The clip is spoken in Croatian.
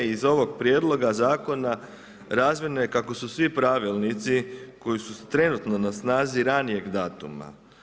Iz ovoga prijedloga zakona razmjerno je kako su svi pravilnici koji su trenutno na snazi ranijeg datuma.